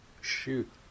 Shoot